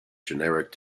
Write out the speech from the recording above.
generic